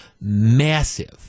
massive